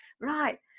Right